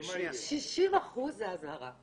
60% זאת אזהרה.